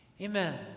Amen